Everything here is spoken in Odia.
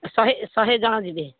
ଶହେ ଶହେ ଜଣ ଯିବେ